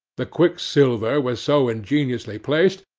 the quicksilver was so ingeniously placed,